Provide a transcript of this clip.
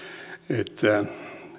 että